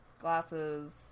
Glasses